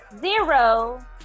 Zero